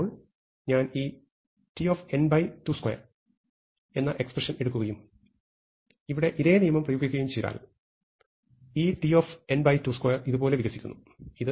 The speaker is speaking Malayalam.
ഇപ്പോൾ ഞാൻ tn22 എന്ന ഈ എക്സ്പ്രഷൻ എടുക്കുകയും ഇവിടെ ഇതേ നിയമം പ്രയോഗിക്കുകയും ചെയ്താൽ ഈ tn22 ഇതുപോലെ വികസിക്കുന്നു